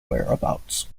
whereabouts